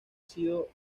sido